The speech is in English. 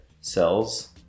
cells